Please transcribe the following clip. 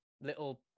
little